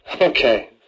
Okay